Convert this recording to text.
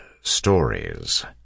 stories